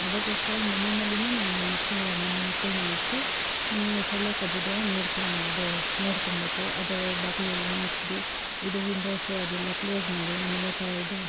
ಅದಕ್ಕೋಸ್ಕರ ಮನೆಯಲ್ಲಿಯೇ ನಾವು ಮಕ್ಕಳು ನನ್ನ ಮಕ್ಕಳನ್ನು ಇಟ್ಟು ನಾವು ಸೊಳ್ಳೆ ಕಚ್ದಿರೋ ನೋಡ್ಕೊನ ಅದು ನೋಡ್ಕೊಳ್ಬೇಕು ಅದು ಬಾಗಿಲು ಎಲ್ಲ ಮುಚ್ಚಿ ಇದು ವಿಂಡೋಸು ಅದು ಎಲ್ಲ ಕ್ಲೋಸ್ ಮಾಡಿ ಆಮೇಲೆ ಇದು